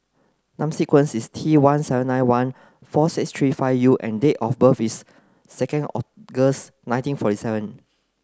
number sequence is T seven nine one four six three five U and date of birth is second August nineteen forty seven